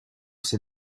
ces